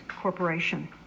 corporation